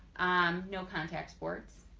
um no contact sport,